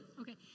Okay